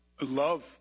love